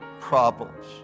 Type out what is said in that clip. problems